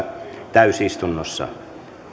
täysistunnossa